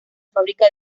fábrica